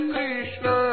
Krishna